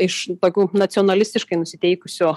iš tokių nacionalistiškai nusiteikusių